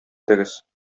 итегез